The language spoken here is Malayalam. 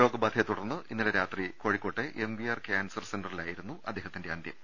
രോഗബാധയെ തുടർന്ന് ഇന്നലെ രാത്രി കോഴി ക്കോട്ടെ എംവിആർ കാൻസർ സെന്ററിലായിരുന്നു അദ്ദേഹത്തിന്റെ അന്ത്യം